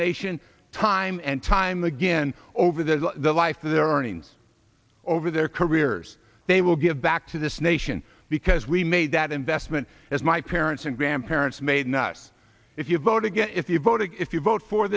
nation time and time again over the the life of their earnings over their careers they will give back to this nation because we made that investment as my parents and grandparents made in us if you vote again if you voted if you vote for